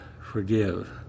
forgive